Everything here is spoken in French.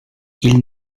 ils